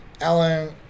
alan